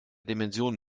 dimension